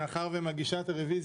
היום יום ראשון,